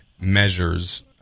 measures